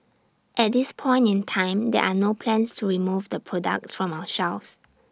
at this point in time there are no plans to remove the products from our shelves